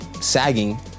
sagging